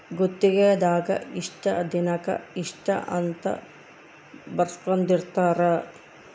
ಗುತ್ತಿಗೆ ದಾಗ ಇಷ್ಟ ದಿನಕ ಇಷ್ಟ ಅಂತ ಬರ್ಸ್ಕೊಂದಿರ್ತರ